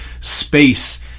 space